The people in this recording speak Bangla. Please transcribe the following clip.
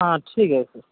হ্যাঁ ঠিক আছে